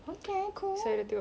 okay cool